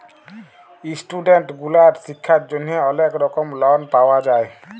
student গুলার শিক্ষার জন্হে অলেক রকম লন পাওয়া যায়